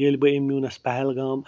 ییٚلہِ بہٕ أمۍ نیونَس پہگام